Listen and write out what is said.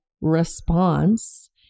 response